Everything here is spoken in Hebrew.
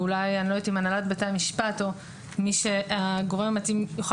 ואולי הנהלת בתי-המשפט או הגורם המתאים יוכל